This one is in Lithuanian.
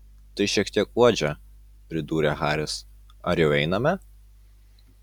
tai šiek tiek guodžia pridūrė haris ar jau einame